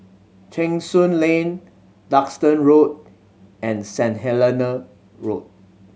Cheng Soon Lane Duxton Road and Saint Helena Road